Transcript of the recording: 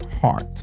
heart